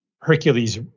Hercules